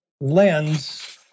lens